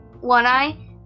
One-Eye